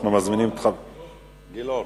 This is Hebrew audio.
גילאון.